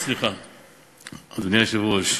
אדוני היושב-ראש,